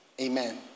amen